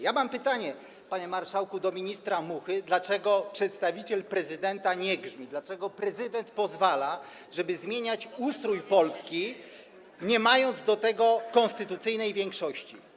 Ja mam pytanie, panie marszałku, do ministra Muchy, dlaczego przedstawiciel prezydenta nie grzmi, dlaczego prezydent pozwala, żeby zmieniać ustrój Polski, nie mając do tego konstytucyjnej większości.